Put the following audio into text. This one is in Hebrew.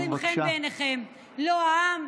כי הרי לא מוצאים חן בעיניכם לא העם,